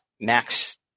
max